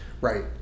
right